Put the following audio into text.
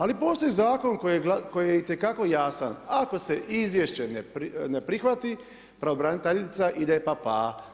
Ali postoji zakon koji je itekako jasan, ako se izvješće ne prihvati pravobraniteljica ide pa-pa.